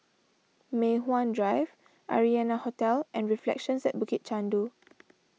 Mei Hwan Drive Arianna Hotel and Reflections at Bukit Chandu